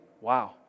wow